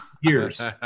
years